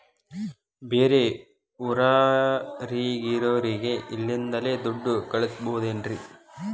ಬೇರೆ ಊರಾಗಿರೋರಿಗೆ ಇಲ್ಲಿಂದಲೇ ದುಡ್ಡು ಕಳಿಸ್ಬೋದೇನ್ರಿ?